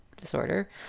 disorder